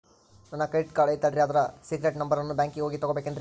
ನನ್ನ credit card ಐತಲ್ರೇ ಅದರ ಸೇಕ್ರೇಟ್ ನಂಬರನ್ನು ಬ್ಯಾಂಕಿಗೆ ಹೋಗಿ ತಗೋಬೇಕಿನ್ರಿ?